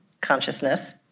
consciousness